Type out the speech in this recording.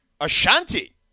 Ashanti